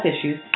issues